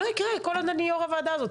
לא יקרה כל עוד אני יו"ר הוועדה הזאת.